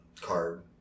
card